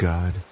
God